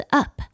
up